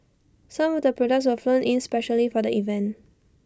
some of the products were flown in specially for the event